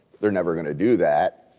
they're never going to do that.